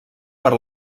per